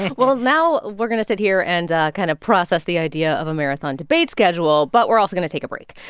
and well, now we're going to sit here and kind of process the idea of a marathon debate schedule, but we're also going to take a break.